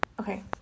Okay